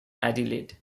adelaide